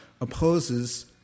opposes